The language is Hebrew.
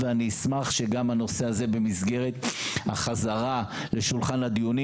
ואני אשמח שגם הנושא הזה במסגרת החזרה לשולחן הדיונים,